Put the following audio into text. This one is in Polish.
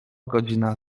godzina